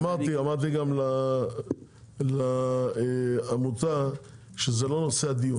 אמרתי גם לעמותה שזה לא נושא הדיון.